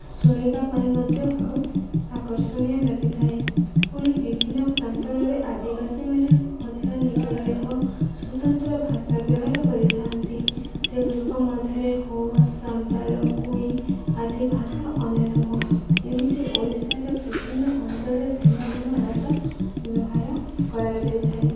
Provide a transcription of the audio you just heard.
ଶୁଣିବା ପାଇଁ ମଧ୍ୟ ବହୁତ ଆକର୍ଷଣୀୟ ଲାଗିଥାଏ ପୁଣି ବିଭିନ୍ନ ପ୍ରାନ୍ତରରେ ଆଦିବାସୀମାନେ ମଧ୍ୟ ନିଜର ଏକ ସ୍ୱତନ୍ତ୍ର ଭାଷା ବ୍ୟବହାର କରିଥାନ୍ତି ସେଗୁଡ଼ିକ ମଧ୍ୟରେ ହୋ ସାନ୍ତାଳ କୁଇ ଆଦି ଭାଷା ଅନ୍ୟତମ ଏମିତି ଓଡ଼ିଶାର ବିଭିନ୍ନ ଅଞ୍ଚଳରେ ଭିନ୍ନ ଭିନ୍ନ ଭାଷା ବ୍ୟବହାର କରାଯାଇଥାଏ